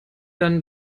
dann